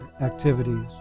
activities